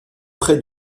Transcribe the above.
près